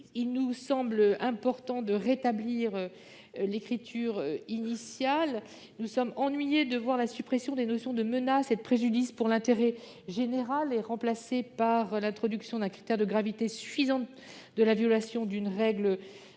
Il nous semble donc important de rétablir la rédaction initiale de l'article. Nous avons été ennuyés de constater la suppression des notions de menace et de préjudice pour l'intérêt général, remplacées par l'introduction d'un critère de gravité suffisante de la violation d'une règle